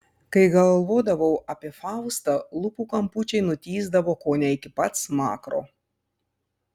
kai galvodavau apie faustą lūpų kampučiai nutįsdavo kone iki pat smakro